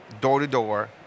door-to-door